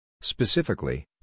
Specifically